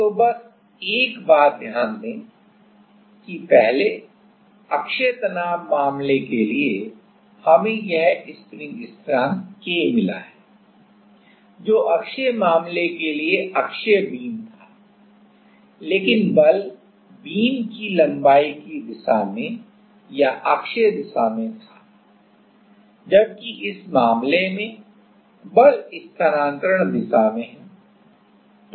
तो बस एक बात ध्यान दें कि पहले अक्षीय तनाव मामले के लिए हमें यह स्प्रिंग स्थिरांकK मिला है जो अक्षीय मामले के लिए अक्षीय बीम था लेकिन बल बीम की लंबाई की दिशा में या अक्षीय दिशा में था जबकि इस मामले में बल स्थानान्तरण दिशा में है